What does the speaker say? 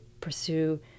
pursue –